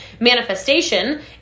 manifestation